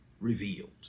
revealed